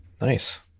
nice